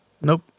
Nope